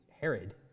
Herod